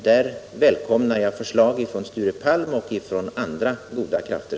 Där välkomnar jag förslag från Sture Palm och andra goda krafter.